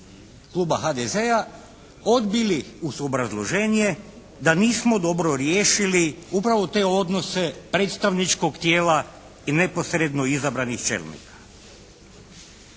kluba HDZ-a odbili uz obrazloženje da nismo dobro riješili upravo te odnose predstavničkog tijela i neposredno izabranih čelnika.